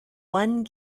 one